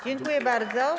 Dziękuję bardzo.